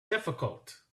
difficult